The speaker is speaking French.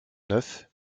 neuf